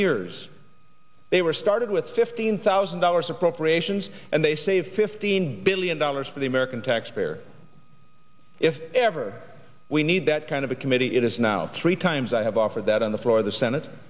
years they were started with fifteen thousand dollars appropriations and they saved fifteen billion dollars for the american taxpayer if ever we need that kind of a committee it is now three times i have offered that on the floor of the senate